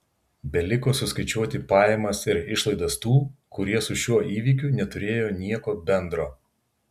beliko suskaičiuoti pajamas ir išlaidas tų kurie su šiuo įvykiu neturėjo nieko bendro